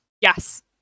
Yes